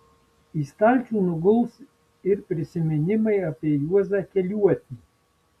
į stalčių nuguls ir prisiminimai apie juozą keliuotį